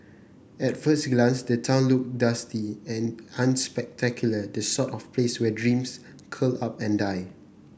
at first glance the town look dusty and unspectacular the sort of place where dreams curl up and die